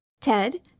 Ted